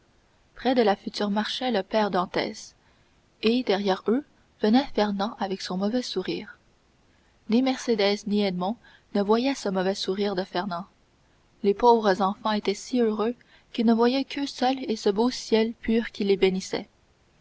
près de la future marchait le père dantès et derrière eux venait fernand avec son mauvais sourire ni mercédès ni edmond ne voyaient ce mauvais sourire de fernand les pauvres enfants étaient si heureux qu'ils ne voyaient qu'eux seuls et ce beau ciel pur qui les bénissait